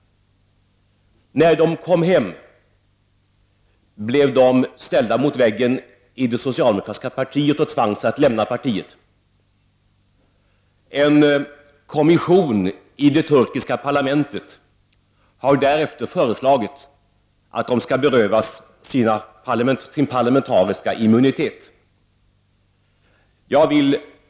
När de kom hem blev de ställda mot väggen i det socialdemokratiska partiet och tvangs att lämna det. En kommission i det turkiska parlamentet har därefter föreslagit att de skall berövas sin parlamentariska immunitet. Herr talman!